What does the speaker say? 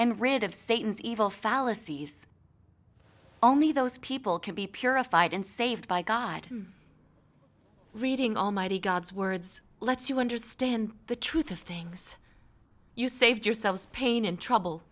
and rid of satan's evil fallacies only those people can be purified and saved by god reading almighty god's words lets you understand the truth of things you save yourselves pain and trouble